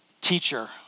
teacher